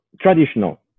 traditional